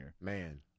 Man